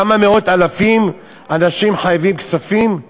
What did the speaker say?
כמה מאות-אלפי אנשים חייבים כספים?